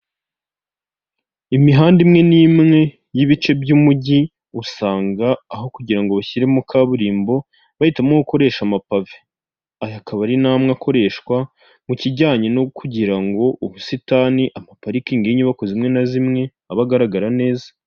Imihanda imwe n'imwe y'ibice by'umujyi usanga aho kugira ngo bashyiremo kaburimbo bahitamo gukoresha amapave. Aya akaba ari namwe akoreshwa mu kijyanye no kugira ngo ubusitani, amaparikingi y'inyubako zimwe na zimwe abe agaragara neza.